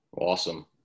Awesome